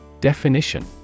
Definition